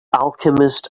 alchemist